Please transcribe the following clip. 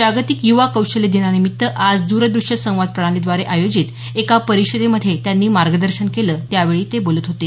जागतिक युवा कौशल्य दिनानिमित्त आज द्रद्रष्य संवाद प्रणालीद्वारे आयोजित एका परिषदेमधे त्यांनी आज मार्गदर्शन केलं त्यावेळी ते बोलत होते